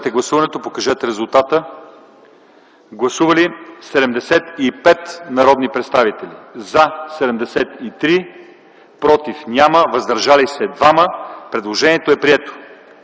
Предложението е прието.